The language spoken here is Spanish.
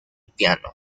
piano